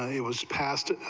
it was pastor,